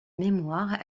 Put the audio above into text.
mémoire